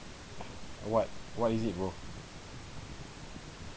what what is it bro